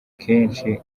kenshi